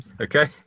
Okay